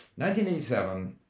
1987